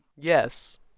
Yes